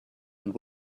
and